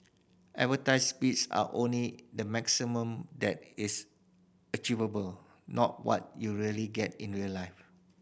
advertised speeds are only the maximum that is achievable not what you really get in real life